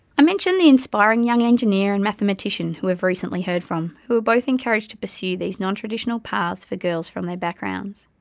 i mentioned the inspiring young engineer and mathematician who we've recently heard from, who were both encouraged to pursue these non-traditional paths for girls from their backgrounds.